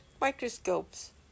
microscopes